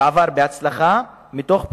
שעבר בהצלחה מתוך בחירה,